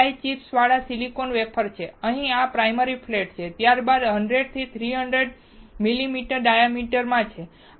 આ die chips વાળા silicon wafer છે અહીં આ પ્રાયમરી ફ્લેટ છે ત્યારબાદ 100 થી 300 મિલીમીટર ડાયામીટરમાં છે